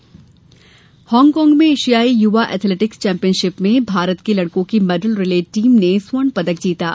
एशियाई athletics Hong Kong में एशियाई युवा एथलेटिक्स चैम्पियनशिप में भारत के लड़कों की मेडल रिले टीम ने स्वर्ण पदक जीता है